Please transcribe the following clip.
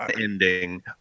Ending